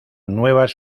nuevas